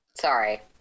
Sorry